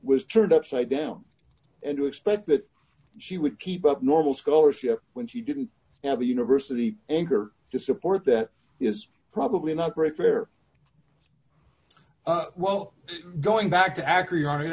was turned upside down and to expect that she would keep up normal scholarship d when she didn't have a university anger to support that is probably not very fair well going back to ac